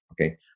okay